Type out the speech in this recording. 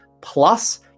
plus